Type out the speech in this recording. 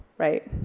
right,